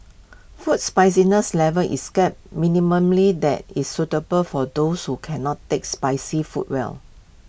food spiciness level is kept that is suitable for those who cannot take spicy food well